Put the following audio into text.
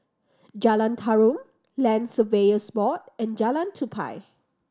Jalan Tarum Land Surveyors Board and Jalan Tupai